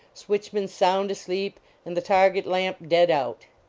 switchman sound asleep and the target-lamp dead out.